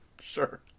Sure